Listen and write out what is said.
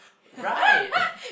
right